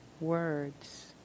words